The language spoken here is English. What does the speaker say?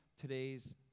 today's